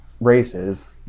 races